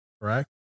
correct